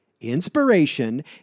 Inspiration